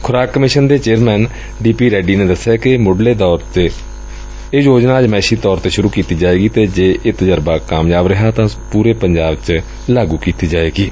ਖੁਰਾਕ ਕਮਿਸ਼ਨ ਦੇ chairman D P Reddy ਨੇ ਦਸਿਆ ਕਿ ਮੁੱਢਲੇ ਦੌਰ ਤੇ ਇਹ ਯੋਜਨਾ ਅਜਮਾਇਸ਼ੀ ਤੌਰ ਤੇ ਸੁਰੂ ਕੀਤੀ ਜਾਏਗੀ ਅਤੇ ਜੇ ਇਹ ਤਜਰਬਾ ਕਾਮਯਾਬ ਰਿਹਾ ਤਾਂ ਪੂਰੇ ਪੰਜਾਬ ਚ ਲਾਗੂ ਕੀਤੀ ਜਾਏਗੀ